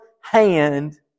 hand